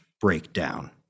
breakdown